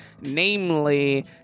Namely